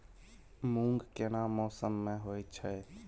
मूंग केना मौसम में होय छै?